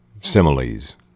similes